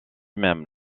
même